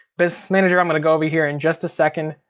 this manager i'm gonna go over here in just a second.